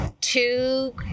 two